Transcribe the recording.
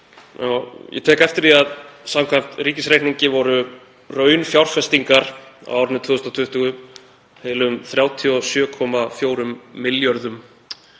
Ég tek eftir því að samkvæmt ríkisreikningi voru raunfjárfestingar á árinu 2020 heilum 37,4 milljörðum